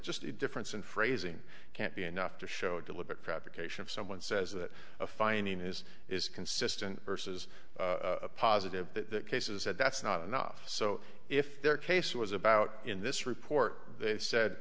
just the difference in phrasing can't be enough to show deliberate fabrication of someone says that a finding is is consistent versus a positive the cases that that's not enough so if their case was about in this report they said